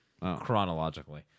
Chronologically